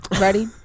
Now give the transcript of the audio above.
ready